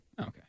Okay